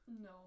No